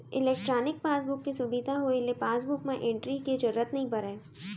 electronic passbook के सुबिधा होए ले पासबुक म एंटरी के जरूरत नइ परय